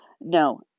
no